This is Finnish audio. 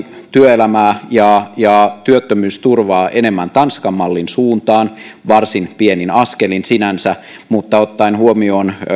työelämää ja ja työttömyysturvaa enemmän tanskan mallin suuntaan varsin pienin askelin sinänsä mutta ottaen huomioon